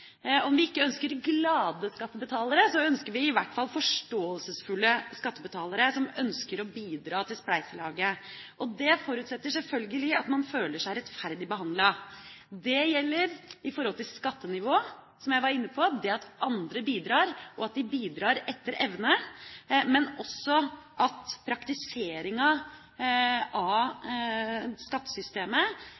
Om vi ikke ønsker glade skattebetalere, ønsker vi i hvert fall forståelsesfulle skattebetalere som ønsker å bidra til spleiselaget. Det forutsetter selvfølgelig at man føler seg rettferdig behandlet. Det gjelder i forhold til skattenivå, som jeg var inne på – det at andre bidrar, og at de bidrar etter evne – men også i forhold til at praktiseringen av